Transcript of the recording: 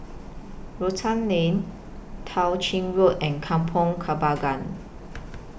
Rotan Lane Tao Ching Road and Kampong Kembangan